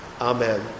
Amen